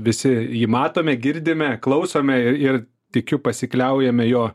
visi jį matome girdime klausome ir tikiu pasikliaujame jo